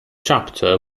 chapter